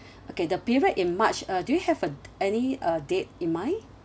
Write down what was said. okay the period in march uh do you have a any uh date in mind